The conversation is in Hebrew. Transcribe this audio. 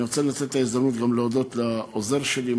אני רוצה לנצל את ההזדמנות גם להודות לעוזר שלי,